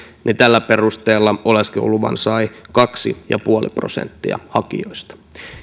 tällä perusteella oleskeluluvan sai kaksi pilkku viisi prosenttia hakijoista